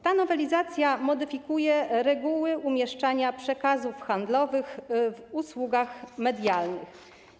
Ta nowelizacja modyfikuje reguły umieszczania przekazów handlowych w usługach medialnych.